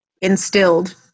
instilled